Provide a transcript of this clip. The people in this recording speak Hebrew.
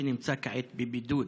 שנמצא כעת בבידוד.